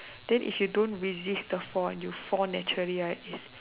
then if you don't resist the fall and you fall naturally right is